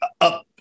up